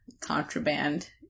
contraband